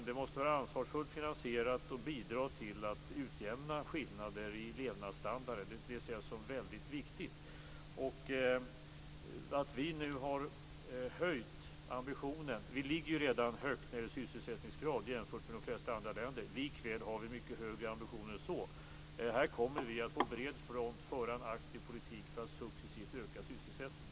Det måste vara ansvarsfullt finansierat och bidra till att utjämna skillnader i levnadsstandard. Det ser jag som mycket viktigt. Vi ligger redan högt när det gäller sysselsättningsgrad, jämfört med de flesta andra länder. Likväl har vi mycket högre ambitioner än så. Vi kommer att på bred front föra en aktiv politik för att successivt öka sysselsättingen.